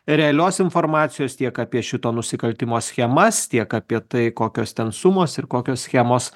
realios informacijos tiek apie šito nusikaltimo schemas tiek apie tai kokios ten sumos ir kokios schemos